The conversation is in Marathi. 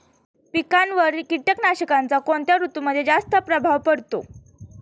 पिकांवर कीटकनाशकांचा कोणत्या ऋतूमध्ये जास्त प्रभाव पडतो?